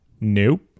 nope